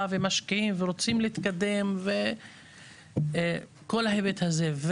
ומשקיעים ורוצים להתקדם וכל ההיבט הזה.